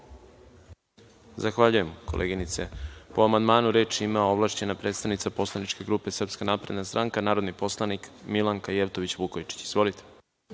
Zahvaljujem, koleginice. Po amandmanu, reč ima ovlašćena predstavnica poslaničke grupe SNS narodni poslanik Milanka Jevtović Vukojičić. Izvolite.